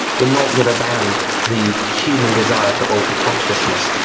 we are not going to ban the human desire to alter consciousness.